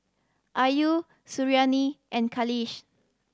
Ayu Suriani and Khalish